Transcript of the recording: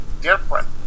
different